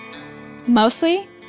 Mostly